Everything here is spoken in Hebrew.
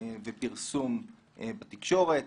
ופרסום בתקשורת,